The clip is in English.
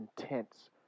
intense